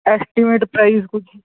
estimate price ਕੁਛ